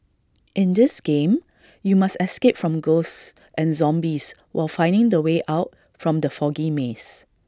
in this game you must escape from ghosts and zombies while finding the way out from the foggy maze